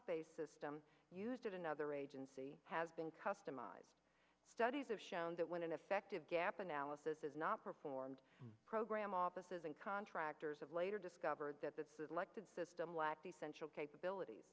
based system used in another agency has been customized studies have shown that when an effective gap analysis is not performed program offices and contractors of later discovered that the elected system lacked essential capabilit